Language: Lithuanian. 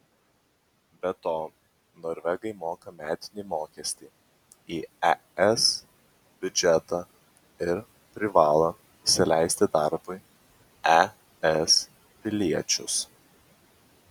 be to norvegai moka metinį mokestį į es biudžetą ir privalo įsileisti darbui es piliečius